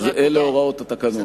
אלה הוראות התקנון, כן.